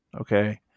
Okay